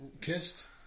kissed